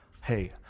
Hey